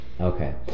Okay